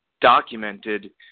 documented